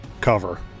cover